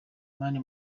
mani